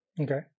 Okay